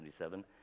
1977